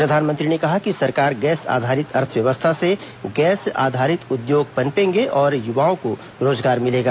प्रधानमंत्री ने कहा कि सरकार गैस आधारित अर्थव्यवस्था से गैस आधारित उद्योग पनपेंगे और युवाओं को रोजगार मिलेगा